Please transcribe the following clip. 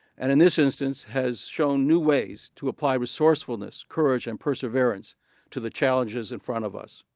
and in this instance has shown new ways to apply resourcefulness, courage, and perseverance to the challenges in front of us.